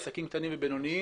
עסקים קטנים ובינוניים.